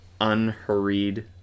unhurried